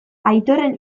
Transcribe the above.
aitorren